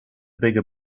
bigger